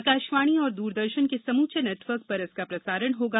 आकाशवाणी और द्रदर्शन के समूचे नेटवर्क पर इसका प्रसारण होगा